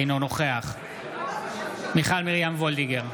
אינו נוכח מיכל מרים וולדיגר,